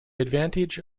advantage